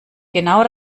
genau